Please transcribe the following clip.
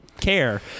care